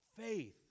Faith